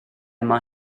mae